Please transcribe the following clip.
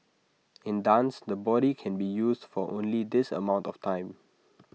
in dance the body can be used for only this amount of time